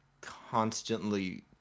constantly